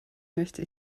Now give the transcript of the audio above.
möchte